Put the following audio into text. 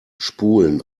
spulen